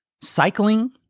cycling